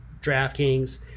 DraftKings